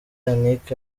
yannick